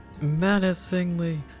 menacingly